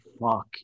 fuck